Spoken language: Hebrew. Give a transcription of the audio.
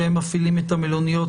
שהם מפעילים את המלוניות,